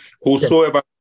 Whosoever